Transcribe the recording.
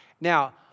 Now